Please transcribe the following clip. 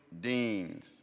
deans